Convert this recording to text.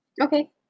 Okay